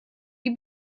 die